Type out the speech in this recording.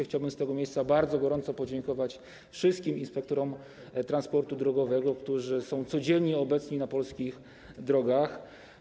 Chciałbym z tego miejsca bardzo gorąco podziękować wszystkim inspektorom transportu drogowego, którzy są codziennie obecni na polskich drogach.